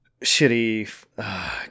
shitty